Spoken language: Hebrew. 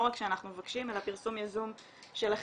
לא רק כשאנחנו מבקשים, אלא פרסום יזום שלכם.